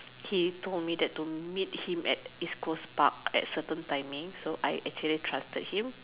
he told me to meet him at East coast park at certain timing so I actually trusted him